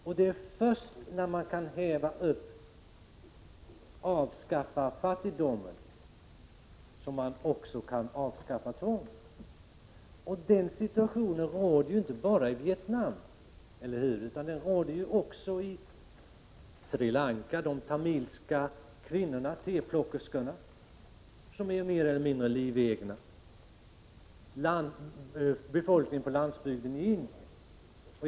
Det är först när man kan avskaffa fattigdomen som man också kan avskaffa tvång. Den här situationen råder inte bara i Vietnam, eller hur? Den råder ju också i Sri Lanka, bland de tamilska kvinnorna, teplockerskorna, som är mer eller mindre livegna. Situationen är densamma för befolkningen på landsbygden i Indien.